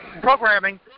programming